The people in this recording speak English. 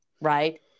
Right